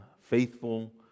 faithful